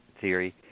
theory